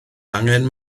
angen